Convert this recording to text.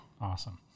Awesome